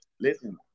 listen